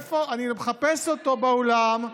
אני מחפש אותו באולם.